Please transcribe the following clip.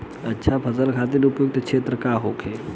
अच्छा फसल खातिर उपयुक्त क्षेत्र का होखे?